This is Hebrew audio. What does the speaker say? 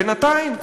בינתיים,